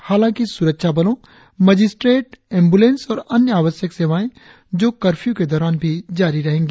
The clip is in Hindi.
हालाकि सुरक्षाबलों मजिस्ट्रेट एंबुलेंस और अन्य आवश्यक सेवाएं जो कर्फ्यू के दौरान भी जारी रहेंगी